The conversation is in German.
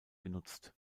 genutzt